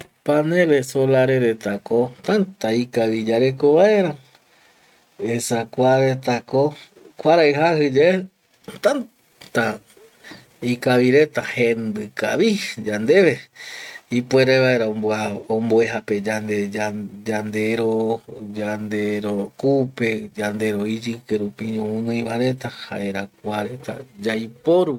Paneles solare retako täta ikavi yareko vaera esa kuaretako kuarai jaji yae täta ikavi reta jendi kavi yandeve, ipuere vaera omboejape yande yande ro, yandero kupe, yandero iyike rupi ñoguinoi vaereta jaera kua reta yaiporu